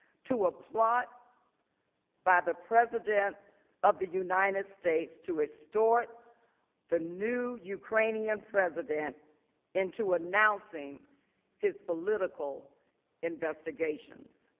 to a plot by the president of the united states to extort the new ukrainian president into announcing his political investigations.